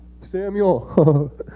Samuel